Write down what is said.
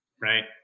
Right